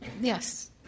Yes